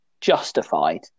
justified